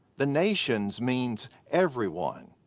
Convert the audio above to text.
the nations means everyone.